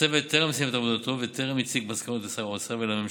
הצוות טרם סיים את עבודתו וטרם הציג מסקנות לשר האוצר ולממשלה.